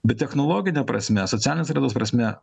bet technologine prasme socialinės raidos prasme